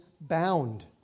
bound